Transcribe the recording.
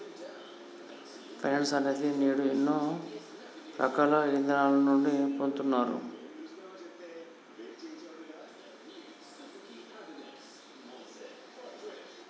finance అనేది నేడు ఎన్నో రకాల ఇదానాల నుండి పొందుతున్నారు